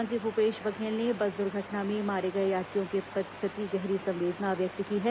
मुख्यमंत्री भूपेश बघेल ने बस दुर्घटना में मारे गए यात्रियों के प्रति गहरी संवेदना व्यक्त की है